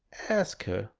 ask her?